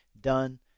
Done